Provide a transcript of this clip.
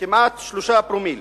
פחות מ-3 פרומיל.